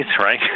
right